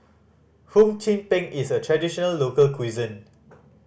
Hum Chim Peng is a traditional local cuisine